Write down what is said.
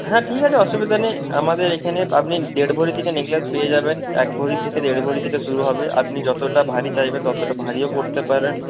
হ্যাঁ ঠিক আছে অসুবিধা নেই আমাদের এখানে আপনি দেড় ভরি থেকে নেকলেস পেয়ে যাবেন এক ভরি থেকে দেড় ভরি থেকে শুরু হবে আপনি যতটা ভারী চাইবেন ততটা ভারীও পরতে পারেন